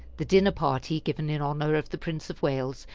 the dinner-party given in honor of the prince of wales,